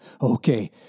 Okay